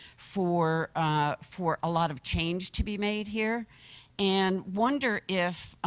for ah for a lot of change to be made here and wonder if